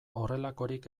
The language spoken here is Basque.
horrelakorik